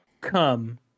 come